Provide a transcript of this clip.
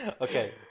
okay